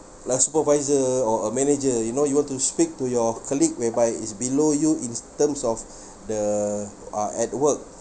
like supervisor or a manager you know you have to speak to your colleague whereby he's below you in terms of the uh at work